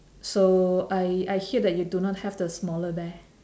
so I I hear that you do not have the smaller bear